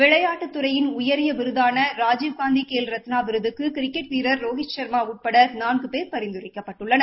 விளையாட்டுத் துறையின் உயரிய விருதான ராஜீவ்காந்தி கேல் ரத்னா விருதுக்கு கிரிக்கெட் வீரர் ரோஹித்ச்மா உட்பட நான்கு பேர் பரிந்துரைக்கப்பட்டுள்ளனர்